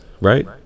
right